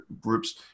groups